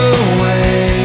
away